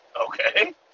Okay